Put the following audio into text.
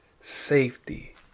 safety